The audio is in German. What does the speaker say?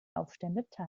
aufständischen